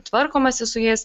tvarkomasi su jais